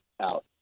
out